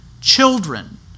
children